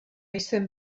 jsem